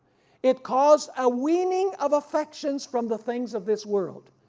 it caused a weaning of affections from the things of this world,